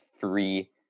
three